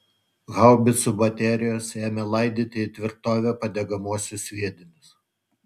haubicų baterijos ėmė laidyti į tvirtovę padegamuosius sviedinius